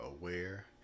aware